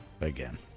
again